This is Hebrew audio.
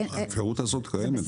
האפשרות הזאת קיימת.